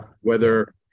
whether-